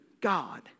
God